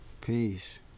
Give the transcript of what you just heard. Peace